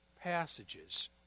passages